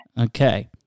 Okay